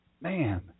man